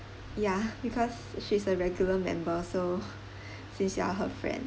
ya because she's a regular member so since you're her friend